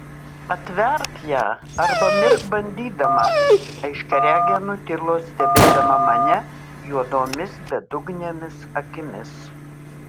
atverk ją arba mirk bandydama aiškiaregė nutilo stebėdama mane juodomis bedugnėmis akimis